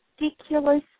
ridiculous